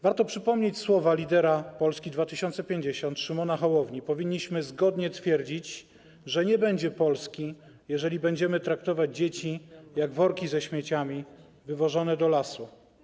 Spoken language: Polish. Warto przypomnieć słowa lidera Polski 2050, Szymona Hołowni: powinniśmy zgodnie twierdzić, że nie będzie Polski, jeżeli będziemy traktować dzieci jak worki ze śmieciami wywożone do lasu.